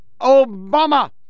Obama